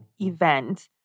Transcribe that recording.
event